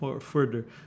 further